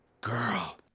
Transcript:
Girl